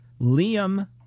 Liam